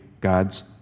God's